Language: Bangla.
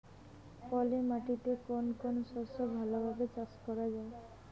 পলি মাটিতে কোন কোন শস্য ভালোভাবে চাষ করা য়ায়?